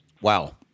Wow